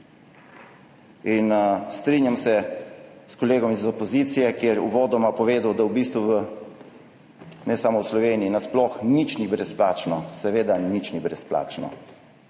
Strinjam se s kolegom iz opozicije, ki je uvodoma povedal, da nasploh, ne samo v Sloveniji, nič ni brezplačno. Seveda, nič ni brezplačno.